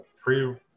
pre